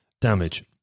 damage